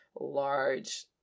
large